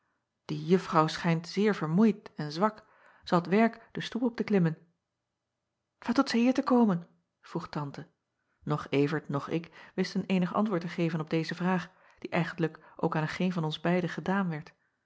die uffrouw schijnt zeer vermoeid en zwak zij had werk den stoep op te klimmen at doet zij hier te komen vroeg ante och vert noch ik wisten eenig antwoord te geven op deze vraag die eigentlijk ook aan geen van ons beiden gedaan werd